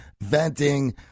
venting